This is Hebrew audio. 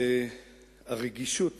והרגישות